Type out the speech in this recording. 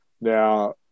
Now